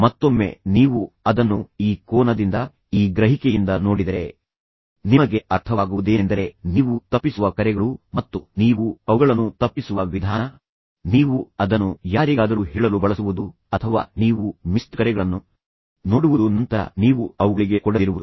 ಮತ್ತೊಮ್ಮೆ ನೀವು ಅದನ್ನು ಈ ಕೋನದಿಂದ ಈ ಗ್ರಹಿಕೆಯಿಂದ ನೋಡಿದರೆ ನಿಮಗೆ ಅರ್ಥವಾಗುವುದೇನೆಂದರೆ ನೀವು ತಪ್ಪಿಸುವ ಕರೆಗಳು ಮತ್ತು ನೀವು ಅವುಗಳನ್ನು ತಪ್ಪಿಸುವ ವಿಧಾನ ನೀವು ಅದನ್ನು ಯಾರಿಗಾದರೂ ಹೇಳಲು ಬಳಸುವುದು ಅಥವಾ ನೀವು ಮಿಸ್ಡ್ ಕರೆಗಳನ್ನು ನೋಡುವುದು ನಂತರ ನೀವು ಅವುಗಳಿಗೆ ಕೊಡದಿರುವುದು